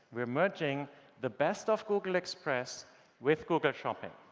we're merging the best of google express with google shopping.